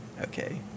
Okay